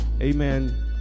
amen